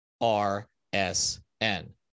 R-S-N